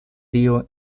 рио